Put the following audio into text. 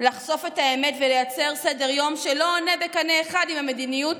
לחשוף את האמת ולייצר סדר-יום שלא עולה בקנה אחד עם המדיניות